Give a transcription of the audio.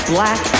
Black